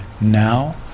now